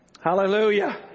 Hallelujah